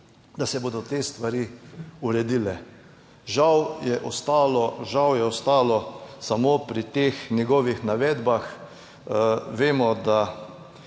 da se bodo te stvari uredile. Žal je ostalo, žal je ostalo samo pri teh njegovih navedbah. Vemo, da